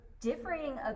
differing